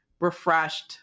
refreshed